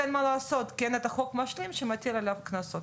אין מה לעשות כי אין את החוק המשלים שמטיל עליו קנסות.